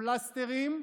אתה רואה את כל הפלסטרים?